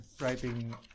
writing